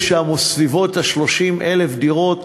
ההיקף שם הוא בסביבות 30,000 דירות.